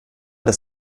des